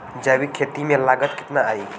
जैविक खेती में लागत कितना आई?